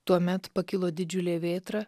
tuomet pakilo didžiulė vėtra